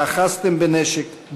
ואחזתם בנשק,